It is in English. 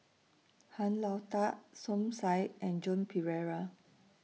Han Lao DA Som Said and Joan Pereira